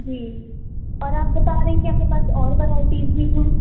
جی اور آپ بتا رہی ہیں کہ آپ کے پاس اور ورائٹیز بھی ہیں